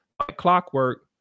clockwork